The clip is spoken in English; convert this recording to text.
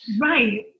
Right